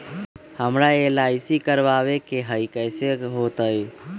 हमरा एल.आई.सी करवावे के हई कैसे होतई?